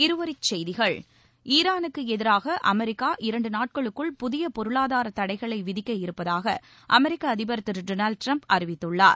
இருவரிச்செய்திகள் ஈரானுக்கு எதிராக அமெரிக்கா இரண்டு நாட்களுக்குள் புதிய பொருளாதார தடைகளை விதிக்க இருப்பதாக அமெரிக்க அதிபர் திரு டொனால்ட் ட்ரம்ப் அறிவித்துள்ளார்